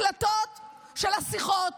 הקלטות של השיחות